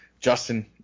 Justin